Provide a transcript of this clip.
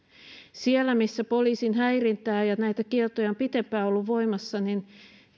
siellä missä poliisin häirintää ja näitä kieltoja on pitempään ollut voimassa